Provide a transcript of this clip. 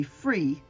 free